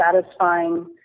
satisfying